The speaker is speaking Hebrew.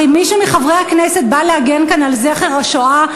הרי מישהו מחברי הכנסת בא להגן כאן על זכר השואה?